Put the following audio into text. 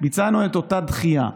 ביצענו את אותה דחייה.